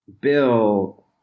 Bill